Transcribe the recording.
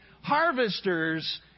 harvesters